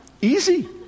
Easy